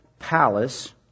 palace